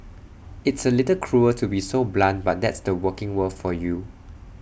it's A little cruel to be so blunt but that's the working world for you